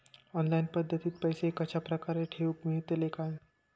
Online पद्धतीन पैसे कश्या प्रकारे ठेऊक मेळतले काय?